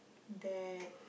that